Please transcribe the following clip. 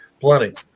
plenty